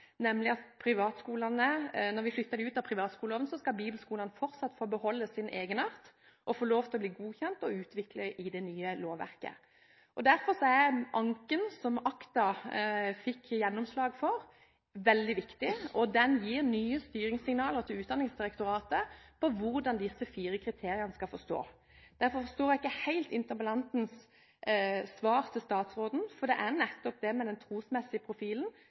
fortsatt få beholde sin egenart og bli godkjent og utviklet i det nye lovverket. Derfor er anken som ACTA fikk gjennomslag for, veldig viktig. Den gir nye styringssignaler til Utdanningsdirektoratet om hvordan disse fire kriteriene skal forstås. Derfor forstår jeg ikke helt interpellantens kommentar til statsråden, for det er nettopp den trosmessige profilen